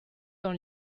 dans